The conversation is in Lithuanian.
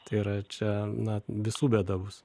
tai yra čia na visų bėda bus